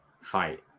fight